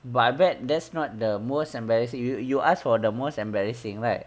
but I bet that's not the most embarrassing you you ask for the most embarrassing right